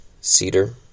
cedar